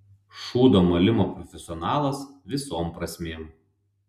šūdo malimo profesionalas visom prasmėm